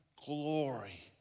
glory